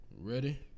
Ready